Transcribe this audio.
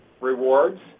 rewards